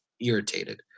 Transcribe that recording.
irritated